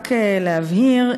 רק להבהיר,